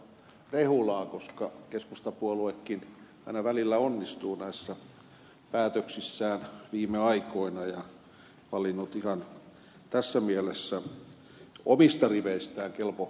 rehulaa koska keskustapuoluekin aina välillä onnistuu näissä päätöksissään viime aikoina ja on valinnut ihan tässä mielessä omista riveistään kelpo ministerin